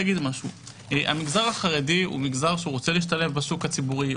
המגזר החרדי רוצה להשתלב בשוק הציבורי,